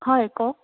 হয় কওক